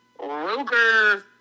Ruger